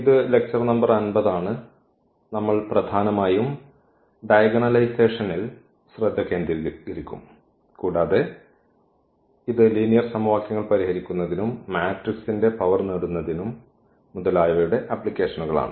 ഇത് lecture number 50 ആണ് നമ്മൾ പ്രധാനമായും ഡയഗണലൈസേഷനിൽ ശ്രദ്ധ കേന്ദ്രീകരിക്കും കൂടാതെ ഇത് ലീനിയർ സമവാക്യങ്ങൾ പരിഹരിക്കുന്നതിനും മാട്രിക്സ്ന്റെ പവർ നേടുന്നതിനും മുതലായവയുടെ ആപ്ലിക്കേഷനുകളാണ്